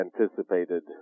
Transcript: anticipated